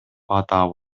атап